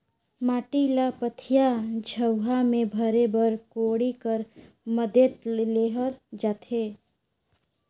माटी ल पथिया, झउहा मे भरे बर कोड़ी कर मदेत लेहल जाथे